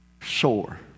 sore